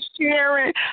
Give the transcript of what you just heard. sharing